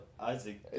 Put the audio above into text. Isaac